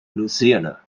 louisiana